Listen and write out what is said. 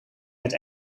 met